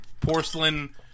porcelain